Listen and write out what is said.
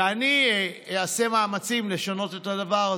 ואני אעשה מאמצים לשנות את הדבר הזה.